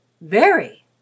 Very